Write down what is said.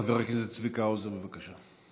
חבר הכנסת צביקה האוזר, בבקשה.